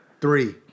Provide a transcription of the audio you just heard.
three